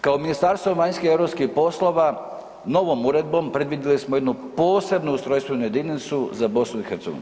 Kao Ministarstvo vanjskih i europskih poslova novom uredbom predvidjeli smo jednu posebnu ustrojstvenu jedinicu za BiH.